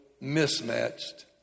mismatched